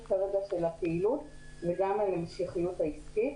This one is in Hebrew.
כרגע של הפעילות וגם על ההמשכיות העסקית.